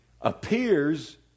appears